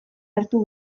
hartu